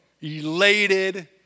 elated